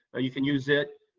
you can use it.